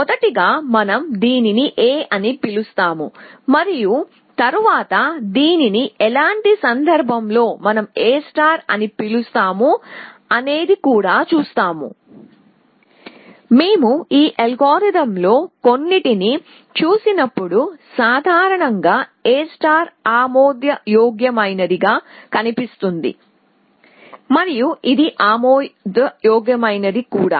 మొదట గా మనం దీనిని A అని పిలుస్తాము మరియు తరువాత దీనిని ఎలాంటి సందర్భం లో మనం A అని పిలుస్తాము అనేది కూడా చూస్తాము మేము ఈ అల్గోరిథంలలో కొన్నింటిని చూసినప్పుడు సాధారణంగా A ఆమోదయోగ్య మైనది గా కనిపిస్తుంది మరియు ఇది ఆమోదయోగ్యమైనది కూడా